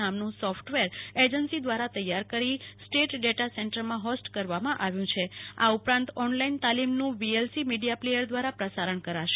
નામનું software agency વ્રારા તૈયાર કરી સ્ટેટ ડેટા સેન્ટરમાં હોસ્ટ કરવામાં આવ્યુ છે આ ઉપરાંત ઓનલાઈન તાલીમનું વીએલસી મીડિયા પ્લેયર દ્રારા પ્રસારણ કરાશે